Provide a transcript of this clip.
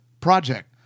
Project